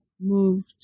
moved